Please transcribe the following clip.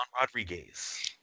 Rodriguez